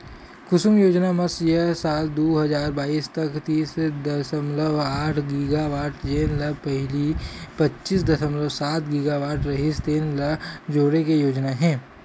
कुसुम योजना म साल दू हजार बाइस तक तीस दसमलव आठ गीगावाट जेन ल पहिली पच्चीस दसमलव सात गीगावाट रिहिस तेन ल जोड़े के योजना हे